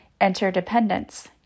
interdependence